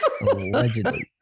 Allegedly